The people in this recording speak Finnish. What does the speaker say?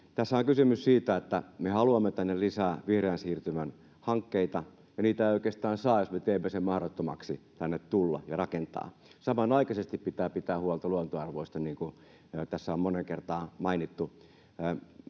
Tässä on kysymys siitä, että me haluamme tänne lisää vihreän siirtymän hankkeita, ja niitä ei oikeastaan saa, jos me teemme mahdottomaksi tänne tulla ja rakentaa. Samanaikaisesti pitää pitää huolta luontoarvoista, niin kuin tässä on moneen kertaan mainittu.